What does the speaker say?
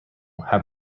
have